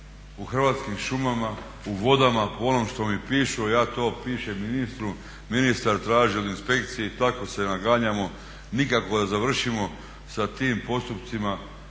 u Hrvatskim šumama u vodama po onom što mi pišu, a ja to pišem ministru, ministar traži od inspekcije i tako se naganjamo nikako da završimo sa tim postupcima.